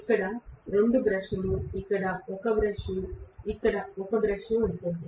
ఇక్కడ 2 బ్రష్లు ఇక్కడ ఒక బ్రష్ మరియు ఇక్కడ ఒక బ్రష్ ఉంటుంది